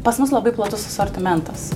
pas mus labai platus asortimentas